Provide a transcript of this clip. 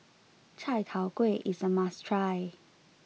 Chai Tow Kway is a must try